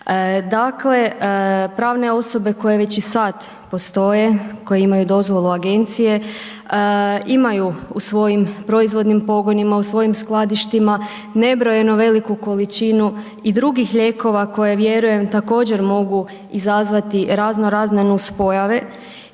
Dakle, pravne osobe koje već i sad postoje, koje imaju dozvolu agencije, imaju u svojim proizvodnim pogonima, u svojim skladištima nebrojeno veliku količinu i drugih lijekova koje, vjeruje, također mogu izazvati razno razne nuspojave